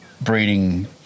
Breeding